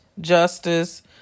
Justice